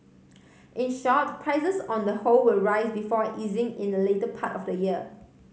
in short prices on the whole will rise before easing in the latter part of the year